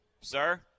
Sir